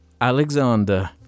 Alexander